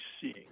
seeing